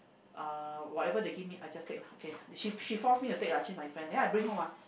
uh whatever they give me I just take lah okay she she force me to take lah actually my friend then I bring home ah